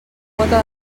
quota